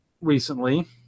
recently